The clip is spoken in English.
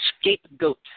Scapegoat